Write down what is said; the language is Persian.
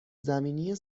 زمینی